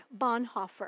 Bonhoeffer